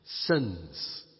sins